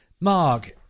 mark